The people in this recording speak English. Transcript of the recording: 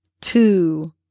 two